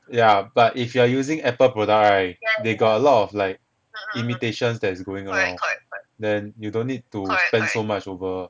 yeah but if you are using apple product right they got a lot of like imitations that is going on lor then you don't need to spend so much over